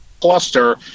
cluster